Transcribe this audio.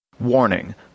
Warning